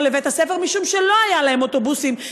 לבית-הספר משום שלא היו להם אוטובוסים,